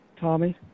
Tommy